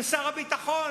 זה שר הביטחון.